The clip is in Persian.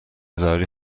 ضروری